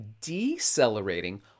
decelerating